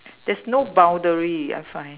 there's no boundary I find